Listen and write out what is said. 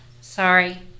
sorry